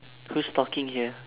who's talking here